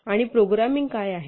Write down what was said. आणि प्रोग्रामिंग काय आहे